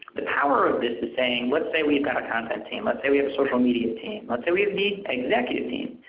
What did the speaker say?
the power of this is saying let's say we've got a content team. let's say we have a social media team. let's say we have executive team.